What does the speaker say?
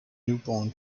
newborn